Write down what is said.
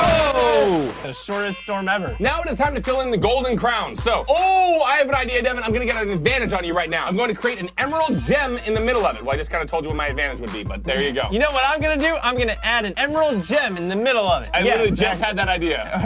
oh! there's sort of storm ever now it is time to fill in the golden crown so oh i have an idea devin i'm gonna get an advantage on you right now i'm going to create an emerald gem in the middle of it well i just kind of told you what my advantage would be but there you go you know what i'm gonna do i'm gonna add an emerald gem in the middle of it yeah jeff had that idea i